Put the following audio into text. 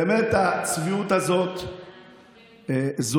באמת, הצביעות הזאת זועקת.